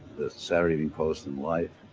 the saturday evening post and life,